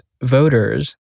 voters